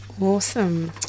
Awesome